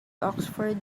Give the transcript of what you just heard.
oxford